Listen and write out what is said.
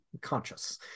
conscious